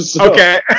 Okay